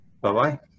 Bye-bye